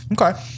Okay